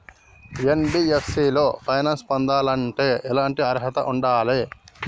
NBFC లో finance పొందాలంటే ఎట్లాంటి అర్హత ఉండాలే?